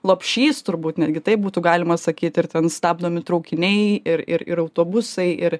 lopšys turbūt netgi taip būtų galima sakyt ir ten stabdomi traukiniai ir ir ir autobusai ir